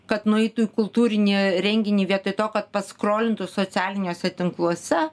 kad nueitų į kultūrinį renginį vietoj to kad paskolintų socialiniuose tinkluose